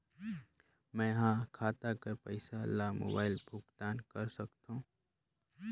मैं ह खाता कर पईसा ला मोबाइल भुगतान कर सकथव?